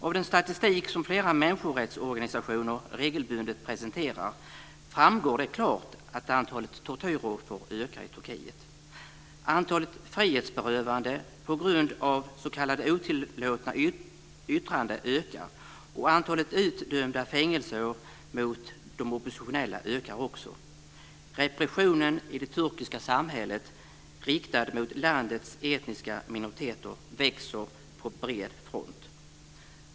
Av den statistik som flera människorättsorganisationer regelbundet presenterar framgår det klart att antalet tortyroffer ökar i Turkiet. Antalet frihetsberövade på grund av s.k. otillåtna yttranden ökar, och antalet utdömda fängelseår mot de oppositionella ökar också. Repressionen i det turkiska samhället riktad mot landets etniska minoriteter växer på bred front.